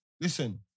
Listen